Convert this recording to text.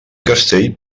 castell